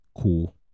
cool